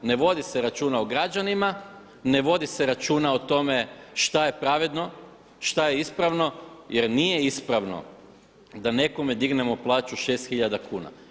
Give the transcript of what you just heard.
Ne vodi se računa o građanima, ne vodi se računa o tome šta je pravedno, šta je ispravno jer nije ispravno da nekome dignemo plaću šest tisuća kuna.